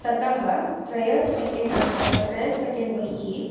ततः त्रयं सेकेण्ड् अन्तः त्रयं सेकेण्ड् बहिः